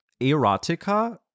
erotica